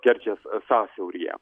kerčės sąsiauryje